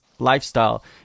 Lifestyle